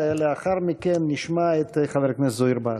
ולאחר מכן נשמע את חבר הכנסת זוהיר בהלול.